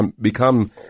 become